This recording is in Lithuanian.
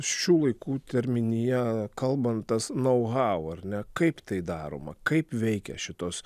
šių laikų terminija kalbant tas nau hau ar ne kaip tai daroma kaip veikia šitos